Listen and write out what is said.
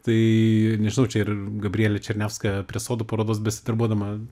tai nežinau čia ir gabrielė černiavskaja prie sodų parodos besidarbuodama